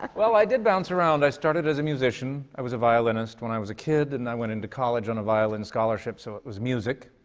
like well, i did bounce around. i started as a musician. i was a violinist when i was a kid, and i went into college on a violin scholarship, so it was music.